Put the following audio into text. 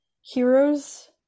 heroes